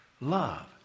love